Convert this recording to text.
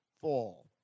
fall